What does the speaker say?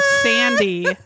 Sandy